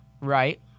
right